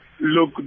Look